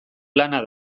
lana